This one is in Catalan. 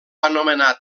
anomenar